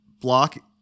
block